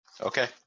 Okay